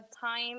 time